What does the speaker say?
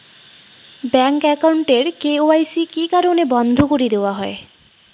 Bank account এর KYC কি কি কারণে বন্ধ করি দেওয়া হয়?